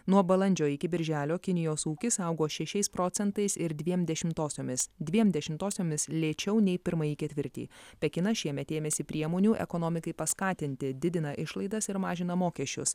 nuo balandžio iki birželio kinijos ūkis augo šešiais procentais ir dviem dešimtosiomis dviem dešimtosiomis lėčiau nei pirmąjį ketvirtį pekinas šiemet ėmėsi priemonių ekonomikai paskatinti didina išlaidas ir mažina mokesčius